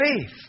faith